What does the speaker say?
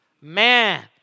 Man